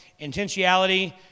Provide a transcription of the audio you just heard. intentionality